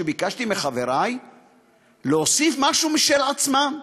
שביקשתי מחברי להוסיף משהו משל עצמם: